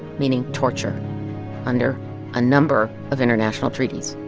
meaning torture under a number of international treaties